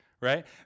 right